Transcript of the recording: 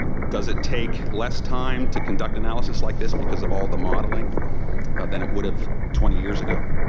does it take less time to conduct analysis like this because of all the modeling than it would have twenty years ago?